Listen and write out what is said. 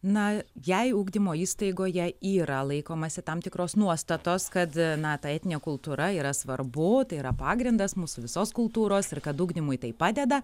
na jei ugdymo įstaigoje yra laikomasi tam tikros nuostatos kad na ta etninė kultūra yra svarbu tai yra pagrindas mūsų visos kultūros ir kad ugdymui tai padeda